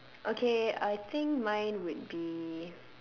okay I think mine would be